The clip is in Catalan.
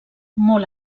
molt